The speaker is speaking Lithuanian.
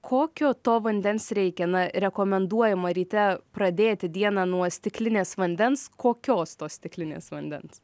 kokio to vandens reikia na rekomenduojama ryte pradėti dieną nuo stiklinės vandens kokios tos stiklinės vandens